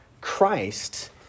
Christ